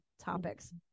topics